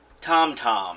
TomTom